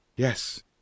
Yes